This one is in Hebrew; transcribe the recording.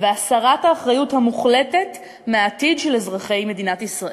והסרת האחריות המוחלטת מהעתיד של אזרחי מדינת ישראל.